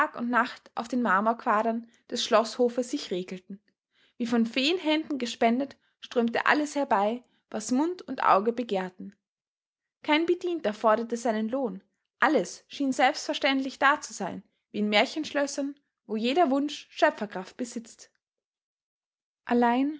und nacht auf den marmorquadern des schloßhofes sich rekelten wie von feenhänden gespendet strömte alles herbei was mund und auge begehrten kein bedienter forderte seinen lohn alles schien selbstverständlich da zu sein wie in märchenschlössern wo jeder wunsch schöpferkraft besitzt allein